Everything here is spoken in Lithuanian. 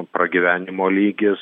pragyvenimo lygis